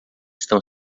estão